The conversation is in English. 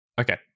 Okay